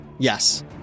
Yes